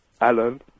Alan